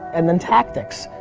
and then tactics.